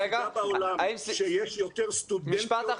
אנחנו האוניברסיטה היחידה בעולם שיש יותר סטודנטיות